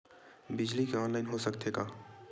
बिजली के ऑनलाइन हो सकथे का?